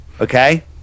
Okay